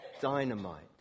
dynamite